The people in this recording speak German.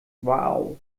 wow